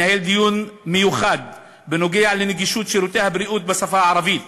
התנהל דיון מיוחד בנוגע לנגישות שירותי הבריאות בשפה הערבית.